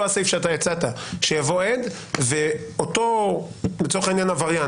הסעיף שאתה הצעת - ואותו עבריין לצורך העניין,